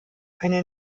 eine